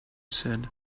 said